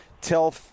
tell